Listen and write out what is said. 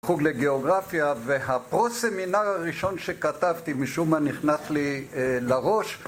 חוג לגאוגרפיה והפרו סמינר הראשון שכתבתי משום מה נכנס לי לראש.